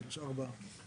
נקודה.